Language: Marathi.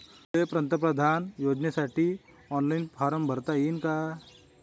मले पंतप्रधान योजनेसाठी ऑनलाईन फारम भरता येईन का?